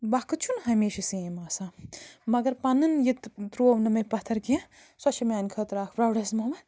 وقت چھُنہٕ ہمیشہِ سیم آسان مگر پَنُن یہِ تہِ ترٛوو نہٕ مےٚ پَتھَر کیٚنٛہہ سۄ چھےٚ میٛانہِ خٲطرٕ اَکھ پرٛاوڈٮ۪سٹ موٗمٮ۪نٛٹ